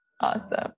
Awesome